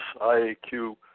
IAQ